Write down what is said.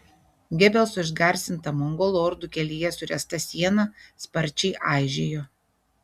gebelso išgarsinta mongolų ordų kelyje suręsta siena sparčiai aižėjo